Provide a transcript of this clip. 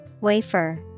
Wafer